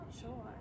sure